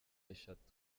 esheshatu